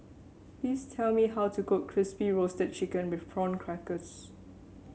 please tell me how to cook Crispy Roasted Chicken with Prawn Crackers